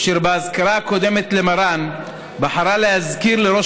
אשר באזכרה הקודמת למרן בחרה להזכיר לראש